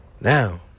Now